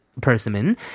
Persimmon